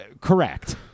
Correct